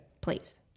Please